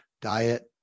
diet